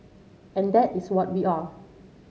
and that is what we are